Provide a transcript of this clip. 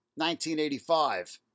1985